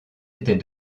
était